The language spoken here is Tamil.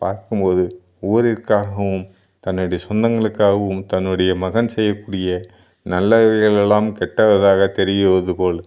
பார்க்கும்போது ஊரிற்காகவும் தன்னுடைய சொந்தங்களுக்காகவும் தன்னுடைய மகன் செய்யக்கூடிய நல்லவைகளெல்லாம் கெட்டவைகளாக தெரிவது போல்